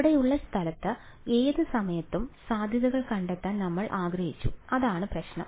ഇവിടെയുള്ള സ്ഥലത്ത് ഏത് സമയത്തും സാധ്യതകൾ കണ്ടെത്താൻ നമ്മൾ ആഗ്രഹിച്ചു അതാണ് പ്രശ്നം